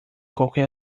qualquer